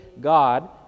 God